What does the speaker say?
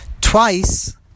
Twice